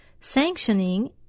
sanctioning